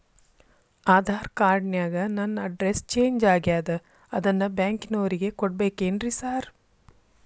Aadhaar card ನ್ಯಾಗ ನನ್ address change ಆಗ್ಯಾದ ಅದನ್ನ ಬ್ಯಾಂಕಿನೊರಿಗೆ ಕೊಡ್ಬೇಕೇನ್ರಿ ಸಾರ್?